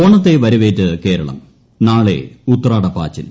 ഓണത്തെ വരവേറ്റ് കേരള്ം നാളെ ഉത്രാടപ്പാച്ചിൽ